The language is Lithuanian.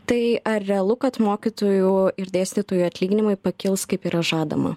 tai ar realu kad mokytojų ir dėstytojų atlyginimai pakils kaip yra žadama